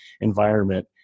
environment